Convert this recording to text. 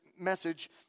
message